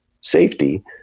safety